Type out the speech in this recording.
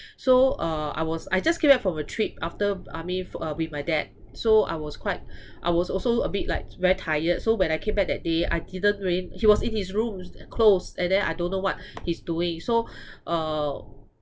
so uh I was I just came back from a trip after I mean uh with my dad so I was quite I was also a bit like very tired so when I came back that day I didn't went he was in his room closed and then I don't know what he's doing so uh